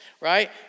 right